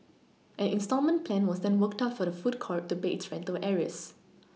an instalment plan was then worked out for the food court to pay its rental arrears